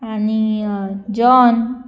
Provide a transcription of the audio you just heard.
आनी जॉन